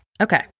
Okay